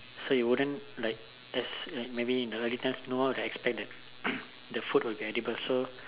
so you wouldn't like there's like maybe in the early times no one would expect that the food will be edible so